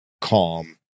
calm